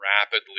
rapidly